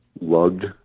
lugged